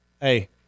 Hey